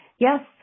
Yes